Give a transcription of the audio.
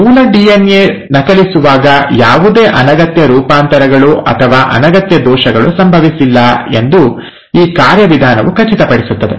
ಮೂಲ ಡಿಎನ್ಎ ನಕಲಿಸುವಾಗ ಯಾವುದೇ ಅನಗತ್ಯ ರೂಪಾಂತರಗಳು ಅಥವಾ ಅನಗತ್ಯ ದೋಷಗಳು ಸಂಭವಿಸಿಲ್ಲ ಎಂದು ಈ ಕಾರ್ಯವಿಧಾನವು ಖಚಿತಪಡಿಸುತ್ತದೆ